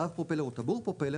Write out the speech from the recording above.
להב פרופלר או טבור פרופלר,